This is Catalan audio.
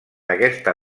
aquesta